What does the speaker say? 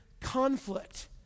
conflict